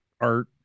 art